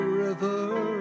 river